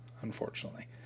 unfortunately